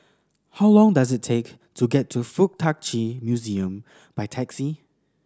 how long does it take to get to Fuk Tak Chi Museum by taxi